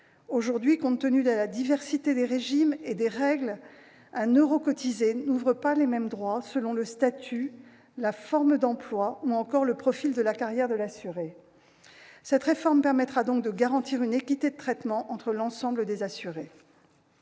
Aujourd'hui, compte tenu de la diversité des régimes et des règles, un euro cotisé n'ouvre pas les mêmes droits selon le statut, la forme d'emploi ou encore le profil de la carrière de l'assuré. Cette réforme permettra donc de garantir une équité de traitement entre l'ensemble des assurés.